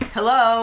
Hello